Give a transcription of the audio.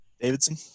Davidson